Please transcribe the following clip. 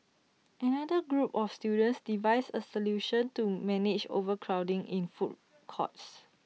another group of students devised A solution to manage overcrowding in food courts